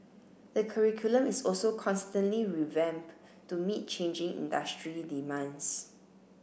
the curriculum is also constantly revamped to meet changing industry demands